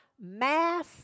mass